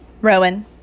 Rowan